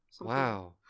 Wow